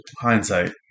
Hindsight